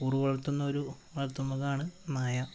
കൂറു പുലർത്തുന്നൊരു വളർത്തു മൃഗമാണ് നായ